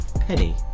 Penny